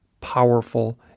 powerful